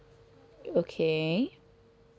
okay